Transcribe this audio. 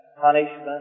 punishment